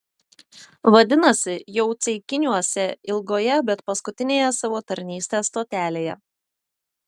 vadinasi jau ceikiniuose ilgoje bet paskutinėje savo tarnystės stotelėje